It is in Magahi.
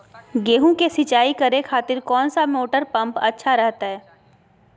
गेहूं के सिंचाई करे खातिर कौन सा मोटर पंप अच्छा रहतय?